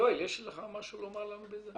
יואל, יש לך משהו לומר בעניין הזה?